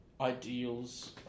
ideals